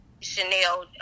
Chanel